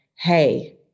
hey